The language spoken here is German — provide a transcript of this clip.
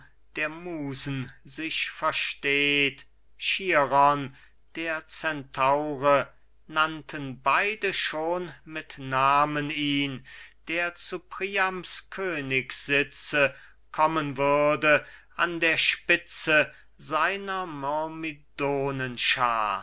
der musen sich versteht chiron der centaure nannten beide schon mit namen ihn der zu priams königssitze kommen würde an der spitze seiner